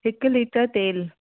हिक लिटर तेल